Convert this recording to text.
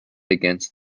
against